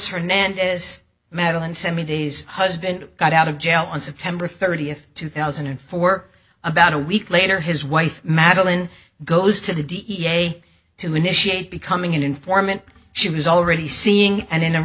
hernandez madeline seven days husband got out of jail on september thirtieth two thousand and four about a week later his wife madeline goes to the da to initiate becoming an informant she was already seeing and in a